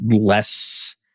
less